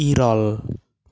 ᱤᱨᱟᱹᱞ